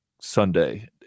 Sunday